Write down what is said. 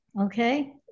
okay